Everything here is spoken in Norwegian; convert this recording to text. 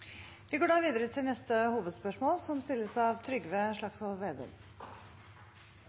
Vi går da videre til neste hovedspørsmål.